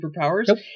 superpowers